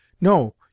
No